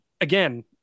Again